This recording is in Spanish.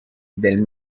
del